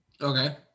Okay